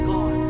God